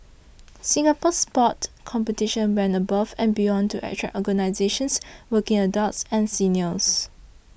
Singapore Sport Competitions went above and beyond to attract organisations working adults and seniors